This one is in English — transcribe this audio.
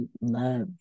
love